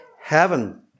heaven